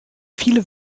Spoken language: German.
viele